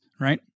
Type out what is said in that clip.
right